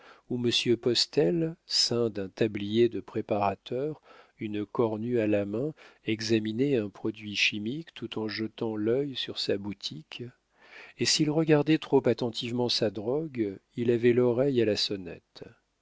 où monsieur postel ceint d'un tablier de préparateur une cornue à la main examinait un produit chimique tout en jetant l'œil sur sa boutique et s'il regardait trop attentivement sa drogue il avait l'oreille à la sonnette